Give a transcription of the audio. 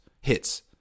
hits